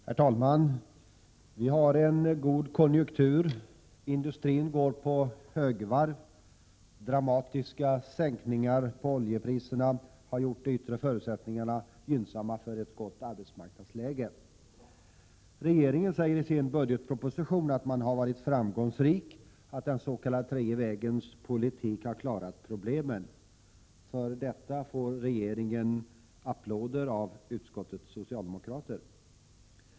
Herr talman! Vi har en god konjunktur. Industrin går på högvarv. Dramatiska sänkningar av oljepriserna har gjort de yttre förutsättningarna gynnsamma för ett gott arbetsmarknadsläge. Regeringen säger i sin budgetproposition att man har varit framgångsrik, att den s.k. tredje vägens politik har klarat problemen. För detta får regeringen applåder av utskottets socialdemokrater.